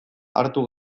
hartu